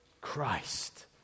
Christ